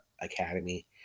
Academy